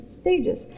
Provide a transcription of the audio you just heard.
stages